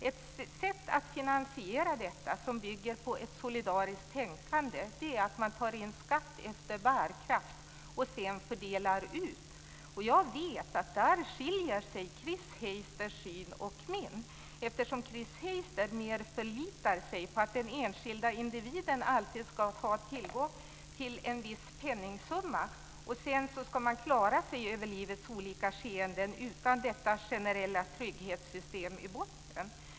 Ett sätt att finansiera detta som bygger på ett solidariskt tänkande är att man tar in skatt efter bärkraft och sedan fördelar ut. Jag vet att där skiljer sig Chris Heisters syn och min, eftersom Chris Heister mer förlitar sig på att den enskilda individen alltid ska ha tillgång till en viss penningsumma, och sedan ska man klara sig över livets olika skeenden utan detta generella trygghetssystem i botten.